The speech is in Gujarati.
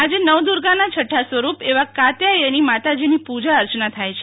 આજે નવદુર્ગાનાછઠ્ઠા સ્વરૂપ એવા કાત્યાયની માતાજીની પૂ જા અર્ચના થાય છે